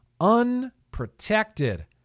unprotected